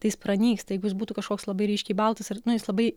tai jis pranyksta jeigu jis būtų kažkoks labai ryškiai baltas ar nu jis labai